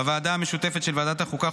בוועדה המשותפת של ועדת החוקה,